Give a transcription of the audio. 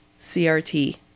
CRT